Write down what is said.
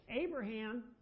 Abraham